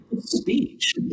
speech